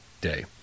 day